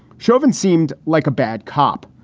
chauvin seemed like a bad cop,